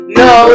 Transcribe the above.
no